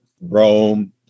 Rome